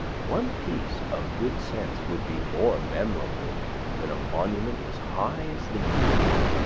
one piece of good sense would be more memorable than a monument as high as the moon.